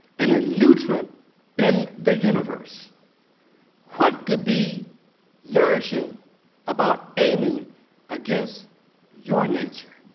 and a nutrient in the universe what could be nourishing about aiming against your nature.